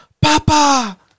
Papa